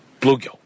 bluegill